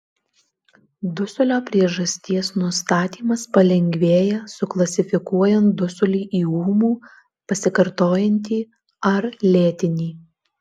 dusulio priežasties nustatymas palengvėja suklasifikuojant dusulį į ūmų pasikartojantį ar lėtinį